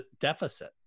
deficit